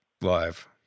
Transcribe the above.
live